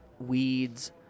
Weed's